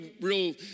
real